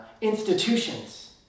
institutions